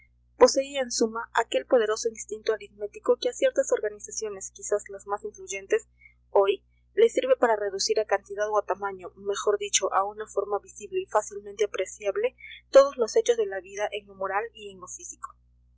en suma aquel poderoso instinto aritmético que a ciertas organizaciones quizás las más influyentes hoy les sirve para reducir a cantidad o a tamaño mejor dicho a una forma visible y fácilmente apreciable todos los hechos de la vida en lo moral y en lo físico